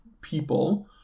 people